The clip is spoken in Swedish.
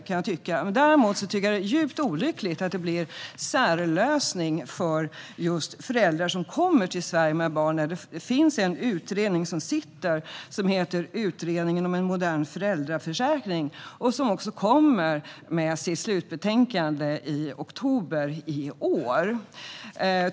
Däremot tycker jag att det är djupt olyckligt att det blir en särlösning för just föräldrar som kommer till Sverige med barn, när det finns en sittande utredning - Utredningen om en modern föräldraförsäkring - som kommer med sitt slutbetänkande i oktober i år.